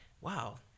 wow